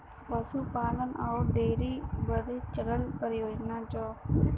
पसूपालन अउर डेअरी बदे चलल योजना हौ